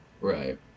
Right